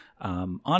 On